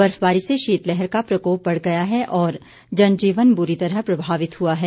बर्फबारी से शीतलहर का प्रकोप बढ़ गया है और जनजीवन बुरी तरह प्रभावित हुआ हैं